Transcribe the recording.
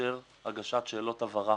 לאפשר הגשת שאלות הבהרה.